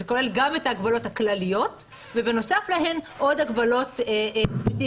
וזה כולל גם את ההגבלות הכלליות ובנוסף להן עוד הגבלות ספציפיות.